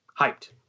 hyped